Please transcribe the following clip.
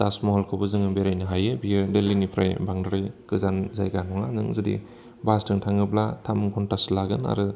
थाज महलखौबो जोङो बेरायनो हायो बियो दिल्लीनिफ्राय बांद्राय गोजान जायगा नङा नों जुदि बासजों थाङोब्ला थाम घन्टासो लागोन आरो